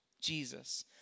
Jesus